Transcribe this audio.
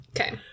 Okay